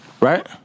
right